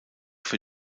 für